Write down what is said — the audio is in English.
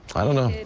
i don't know